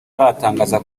aratangaza